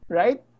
right